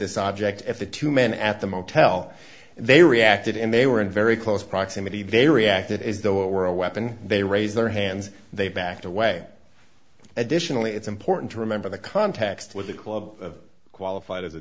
this object at the two men at the motel they reacted and they were in very close proximity they reacted as though it were a weapon they raised their hands they backed away additionally it's important to remember the context with the glove qualified as a